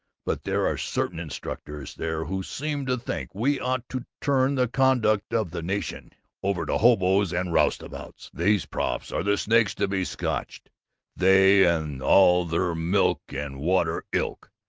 but there are certain instructors there who seem to think we ought to turn the conduct of the nation over to hoboes and roustabouts. those profs are the snakes to be scotched they and all their milk-and-water ilk!